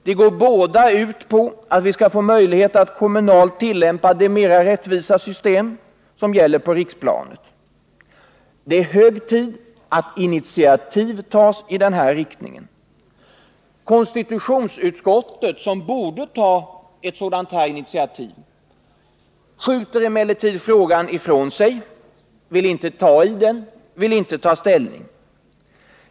De går båda ut på att vi skall få möjlighet att kommunalt tillämpa det mera rättvisa system som gäller på riksplanet. Det är - hög tid att initiativ tas i den riktningen. Konstitutionsutskottet, som borde ta ett sådant initiativ, skjuter emellertid frågan ifrån sig, vill inte ta i den, vill inte ta ställning.